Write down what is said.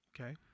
Okay